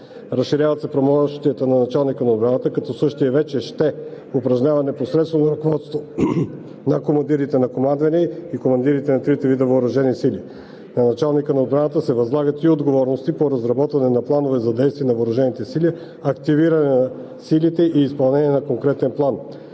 Разширяват се правомощията на началника на отбраната, като същият вече ще упражнява непосредствено ръководство на командирите на командвания и командирите на трите вида въоръжени сили. На началника на отбраната се възлагат и отговорности по разработване на плановете за действие на въоръжените сили, активиране на силите и изпълнение на конкретен план.